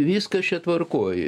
viskas čia tvarkoj